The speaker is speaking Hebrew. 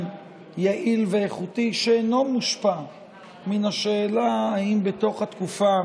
יעיל ואיכותי שאינו מושפע מן השאלה אם בתוך התקופה